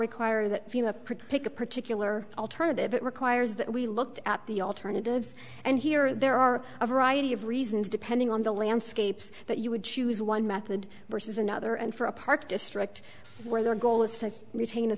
pretty pick a particular alternative it requires that we looked at the alternatives and here there are a variety of reasons depending on the landscapes that you would choose one method versus another and for a park district where their goal is to retain a